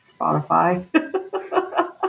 Spotify